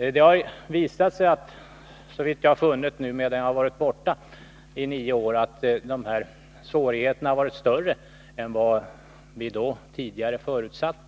Under de nio år som jag har varit borta har det visat sig att svårigheterna har varit större än vad vi då förutsatte.